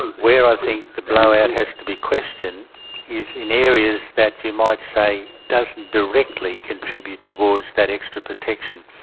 where i think the blowout has to be questioned is in areas that you might say doesn't directly contribute towards that extra protection.